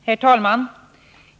Herr talman!